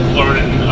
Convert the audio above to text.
learning